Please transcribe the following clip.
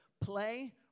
play